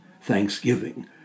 thanksgiving